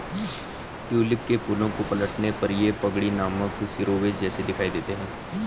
tulip के फूलों को पलटने पर ये पगड़ी नामक शिरोवेश जैसे दिखाई देते हैं